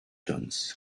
jones